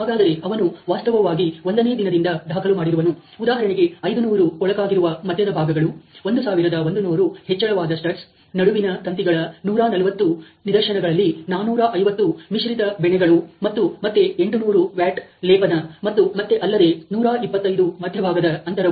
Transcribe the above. ಹಾಗಾದರೆ ಅವನು ವಾಸ್ತವವಾಗಿ ಒಂದನೇ ದಿನದಿಂದ ದಾಖಲು ಮಾಡಿರುವನು ಉದಾಹರಣೆಗೆ 500 ಕೊಳಕಾಗಿರುವ ಮಧ್ಯದ ಭಾಗಗಳು 1100 ಹೆಚ್ಚಳವಾದ ಸ್ಟಡ್ಸ್ ನಡುವಿನ ತಂತಿಗಳ ನೂರ ನಲವತ್ತು ನಿದರ್ಶನಗಳಲ್ಲಿ 450 ಮಿಶ್ರಿತ ಬೆಣೆಗಳು ಮತ್ತು ಮತ್ತೆ 800 ವ್ಯಾಟ್ ಲೇಪನ ಮತ್ತು ಮತ್ತೆ ಅಲ್ಲದೆ 125 ಮಧ್ಯಭಾಗದ ಅಂತರವು